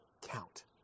count